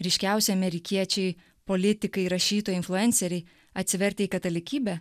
ryškiausi amerikiečiai politikai rašytojai influenceriai atsivertę į katalikybę